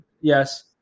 yes